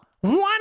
one